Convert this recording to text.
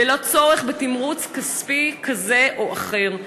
ללא צורך בתמרוץ כספי כזה או אחר.